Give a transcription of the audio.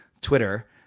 Twitter